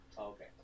Okay